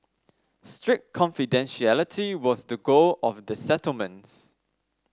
strict confidentiality was the goal of the settlements